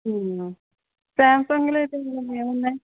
Samsung లో అయితే ఏమున్నాయి